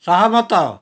ସହମତ